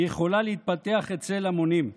היא יכולה להתפתח אצל המונים.